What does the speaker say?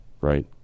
right